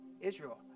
Israel